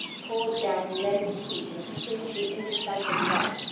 poured down leaden heat in a strangely indecisive light,